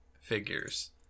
figures